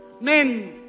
Men